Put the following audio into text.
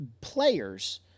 players